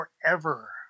forever